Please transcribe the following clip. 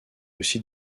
aussi